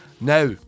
Now